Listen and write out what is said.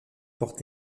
portent